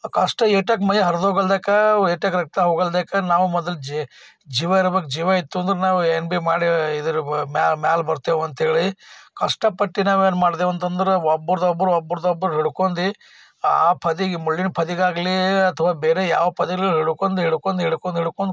ಕಷ್ಟ ಏಟಾಗಿ ಮೈ ಹರಿದು ಹೋಗ್ಲಿಯಾಕೆ ಎಷ್ಟ್ಯಾಕೆ ರಕ್ತ ಹೋಗ್ಲಿಯಾಕೆ ನಾವು ಮೊದಲು ಜೀವ ಇರಬೇಕು ಜೀವ ಇತ್ತು ಅಂದರೆ ನಾವು ಏನು ಭೀ ಮಾಡಿ ಇದರ ಮೇಲೆ ಬರ್ತೇವೆ ಅಂಥೇಳಿ ಕಷ್ಟಪಟ್ಟು ನಾವು ಏನು ಮಾಡಿದೆವು ಅಂತಂದ್ರೆ ಒಬ್ಬರದು ಒಬ್ರುಒಬ್ಬರದು ಒಬ್ರು ಹಿಡ್ಕೊಂಡು ಆ ಪೊದೆಗೆ ಮುಳ್ಳಿನ ಪೊದೆಗಾಗ್ಲಿ ಅಥವಾ ಬೇರೆ ಯಾವ ಪೊದೆಲ್ಲಿ ಹಿಡ್ಕೊಂಡು ಹಿಡ್ಕೊಂಡು ಹಿಡ್ಕೊಂಡು ಹಿಡ್ಕೊಂಡು ಹಿಡ್ಕೊಂಡು